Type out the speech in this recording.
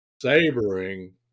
savoring